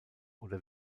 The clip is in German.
oder